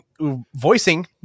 voicing